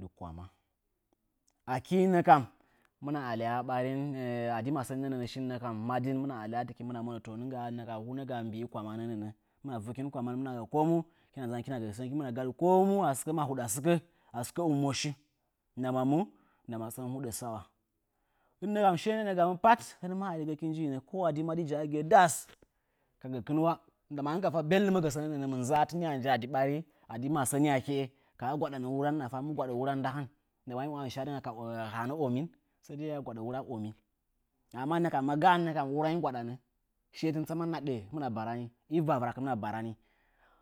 Dɨ kwama. Akɨ nə kam hɨmɨ na alya ɓarin, madin a ɗi bariye shi hɨmɨna monəkin hunə ga. Hɨnuna vakin kwaman, hɨmɨna monəkin hunə ga mbɨ kwamanə nəə. Hɨkina gadɨ hɨkina gə komu. Hɨmɨna gadɨ ko mu a sɨkə mahuɗa sɨkə ndama mu ndama sən huɗə sana. Hɨmɨ nahan shinə nəə gamɨn hush, hɨn mə a digəkin njinə. ko a di madi jəigɨye da'as ka gakɨn wa, kuma hɨn ka fa belɗumə gə sənə nəə ndama mɨnza'a tin wə nji a di ɓari, a di masəni akeə, ka na gwaɗamɨn nuran hɨmɨna gwa ɗa hɨcha shadɨ akeə. Hanə omin sai dəi hiya gwaɗa nura omi amma ma ga'a nə kam nuranyi gwaɗanə səa tɨn tsaman hɨra ɗəhə, shi bavɨra hɨna ɗahə, hɨmɨna baranɨ,